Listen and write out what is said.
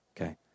Okay